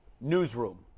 Newsroom